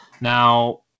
now